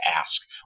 ask